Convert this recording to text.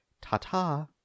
Ta-ta